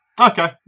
okay